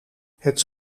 het